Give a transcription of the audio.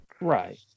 Right